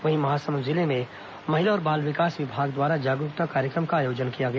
वहीं महासमुंद जिले में महिला और बाल विकास विभाग द्वारा जागरूकता कार्यक्रम का आयोजन किया गया